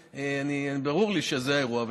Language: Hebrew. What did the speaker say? ברור לי שזה האירוע.